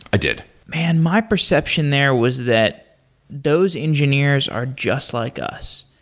i did. man, my perception there was that those engineers are just like us,